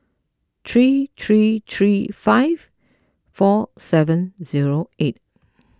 three three three five four seven zero eight